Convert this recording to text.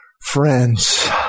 Friends